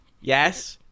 yes